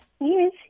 yes